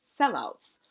sellouts